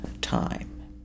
time